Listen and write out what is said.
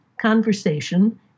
conversation